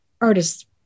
artist